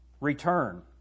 Return